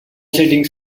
settings